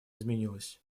изменилась